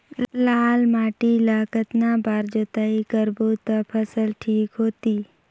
लाल माटी ला कतना बार जुताई करबो ता फसल ठीक होती?